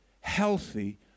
healthy